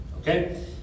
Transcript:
okay